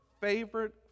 favorite